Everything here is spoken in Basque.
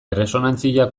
erresonantzia